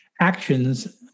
actions